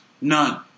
None